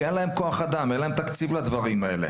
כי אין להם תקציב וכוח אדם לדברים האלה.